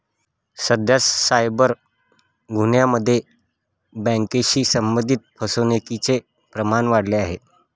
सध्या सायबर गुन्ह्यांमध्ये बँकेशी संबंधित फसवणुकीचे प्रमाण वाढले आहे